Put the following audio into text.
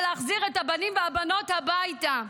זה להחזיר את הבנים והבנות הביתה.